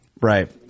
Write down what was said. Right